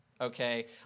okay